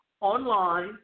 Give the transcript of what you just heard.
online